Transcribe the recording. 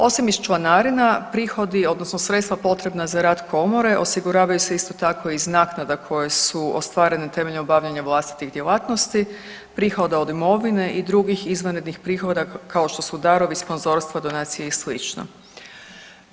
Osim iz članarina prihodi odnosno sredstva potrebna za rad komore osiguravaju se isto tako iz naknada koje su ostvarene temeljem obavljanja vlastitih djelatnosti, prihoda od imovine i drugih izvanrednih prihoda kao što su darovi, sponzorstva, donacije i sl.